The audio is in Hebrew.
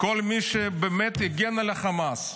מי שבאמת הגן על החמאס,